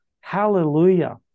Hallelujah